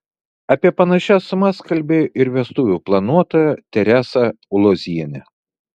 apie panašias sumas kalbėjo ir vestuvių planuotoja teresa ulozienė